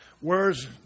Whereas